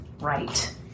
right